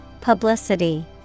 Publicity